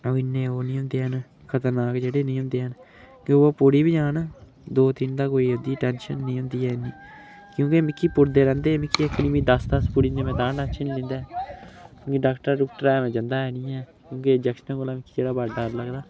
ओह् इन्ने ओह् नी होंदे हैन खतरनाक जेह्ड़े नेईं होंदे हैन ते ओह् पुड़ी बी जान दो तिन तां कोई ओह्दी टेंशन नी होंदी ऐ इन्नी क्योंकि मिगी पुड़दे रैंह्दे मिगी इक नेईं दस दस पुड़ी जंदे में तां टेंशन लैंदा ऐ में डाक्टर डुक्टर दे में जंदा नी ऐ क्योकि इंजैक्शन कोला मिकी जेह्ड़ा मि बड़ा डर लगदा